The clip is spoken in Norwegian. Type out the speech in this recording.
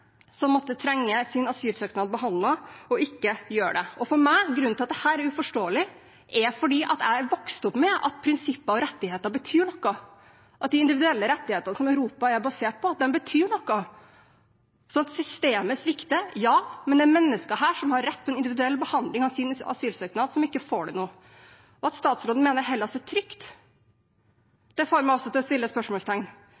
som måtte trenge sin asylsøknad behandlet – og ikke gjøre det. Grunnen til at dette er uforståelig for meg, er at jeg er vokst opp med at prinsipper og rettigheter betyr noe, at de individuelle rettighetene som Europa er basert på, betyr noe. Systemet svikter, men det er mennesker her som har rett på en individuell behandling av sin asylsøknad, som ikke får det nå. At statsråden mener at Hellas er